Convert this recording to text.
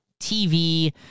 TV